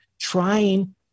trying